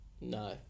no